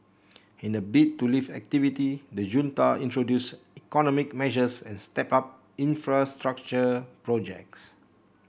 in a bid to lift activity the junta introduced economic measures and stepped up infrastructure projects